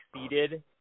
succeeded